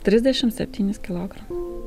trisdešim septynis kilogramu